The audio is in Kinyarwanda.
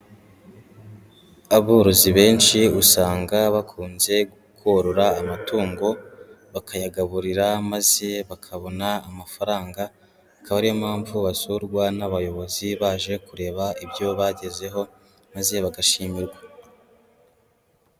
Aborozi benshi usanga bakunze korora amatungo bakayagaburira maze bakabona amafaranga, akaba ariyo mpamvu basurwa n'abayobozi baje kureba ibyo bagezeho maze bagashimijrwa.